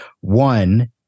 One